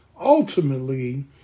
ultimately